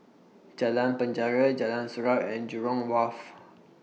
Jalan Penjara Jalan Surau and Jurong Wharf